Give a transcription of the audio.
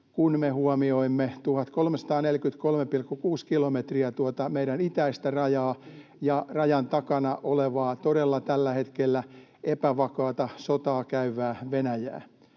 kun me huomioimme 1 343,6 kilometriä tuota meidän itäistä rajaa ja rajan takana olevaa, todella tällä hetkellä epävakaata sotaa käyvää Venäjää.